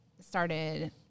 started